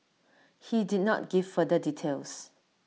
he did not give further details